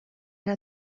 der